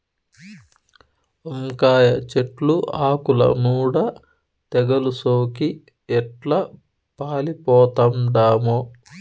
వంకాయ చెట్లు ఆకుల నూడ తెగలు సోకి ఎట్లా పాలిపోతండామో